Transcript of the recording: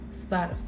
Spotify